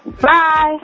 Bye